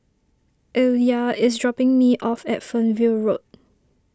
Illya is dropping me off at Fernvale Road